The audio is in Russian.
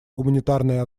гуманитарной